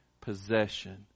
possession